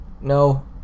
No